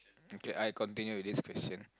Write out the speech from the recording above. okay I continue with this question